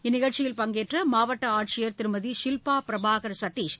இந்நிகழ்ச்சியில் பங்கேற்ற மாவட்ட ஆட்சியர் திருமதி ஷில்பா பிரபாகர் சதீஷ்